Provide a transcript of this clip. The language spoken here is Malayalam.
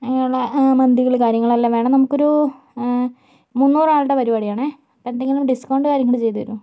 അങ്ങനെ ഉള്ള മന്തികളും കാര്യങ്ങളെല്ലാം വേണം നമുക്ക് ഒരു മുന്നൂറ് ആൾടെ പരുപാടി ആണേ അപ്പം എന്തെങ്കിലും ഡിസ്കൗണ്ട് കാര്യങ്ങള് ചെയ്ത് തരുവോ